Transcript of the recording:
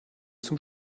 zum